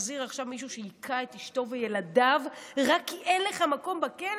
תחזיר עכשיו מישהו שהיכה את אשתו וילדיו רק כי אין לך מקום בכלא?